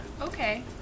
Okay